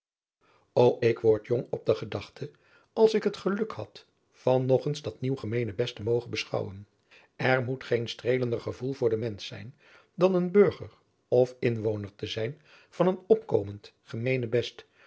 o ik word jong op de gedachte als ik het geluk had adriaan loosjes pzn het leven van maurits lijnslager van nog eens dat nieuw gemeenebest te mogen beschouwen er moet geen streelender gevoel voor den mensch zijn dan een burger of inwoner te zijn van een opkomend gemeenebest